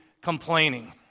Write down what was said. complaining